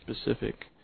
specific